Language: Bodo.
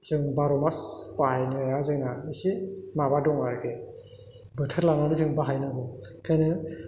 जों बार' मास बाहायनाया जोंहा इसे माबा दङ आरोख बोथोर लानानै जों बाहायनांगौ ओंखायनो